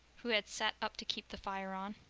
who had sat up to keep the fire on.